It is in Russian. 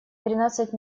тринадцать